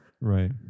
Right